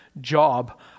job